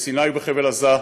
בסיני ובחבל עזה,